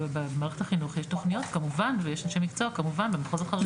במערכת החינוך יש תוכניות כמובן ויש אנשי מקצוע כמובן במחוז החרדי.